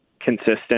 consistent